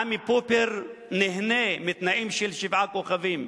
עמי פופר נהנה מתנאים של שבעה כוכבים,